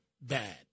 bad